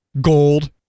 gold